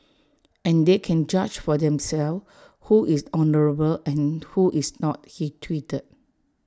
and they can judge for themselves who is honourable and who is not he tweeted